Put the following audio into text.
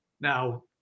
Now